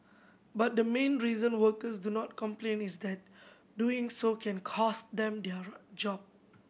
but the main reason workers do not complain is that doing so can cost them their job